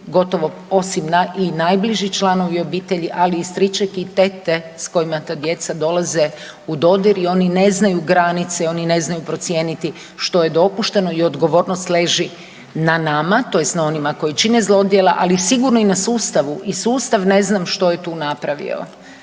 gotovo osim i najbliži članovi obitelji, ali i stričeki i tete s kojima ta djeca dolaze u dodir i oni ne znaju granice i oni ne znaju procijeniti što je dopušteno. I odgovornost leži na nama tj. na onima koji čine zlodjela, ali sigurno i na sustavu. I sustav ne znam što je tu napravio